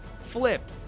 flipped